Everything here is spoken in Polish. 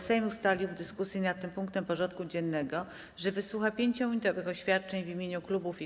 Sejm ustalił, że w dyskusji nad tym punktem porządku dziennego wysłucha 5-minutowych oświadczeń w imieniu klubów i kół.